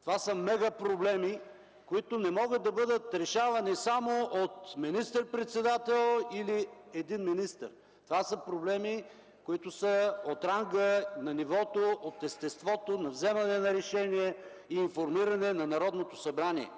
Това са мега проблеми, които не могат да бъдат решавани само от министър-председател или един министър. Това са проблеми, които са от ранга, от нивото, от естеството на вземане на решение и информиране на Народното събрание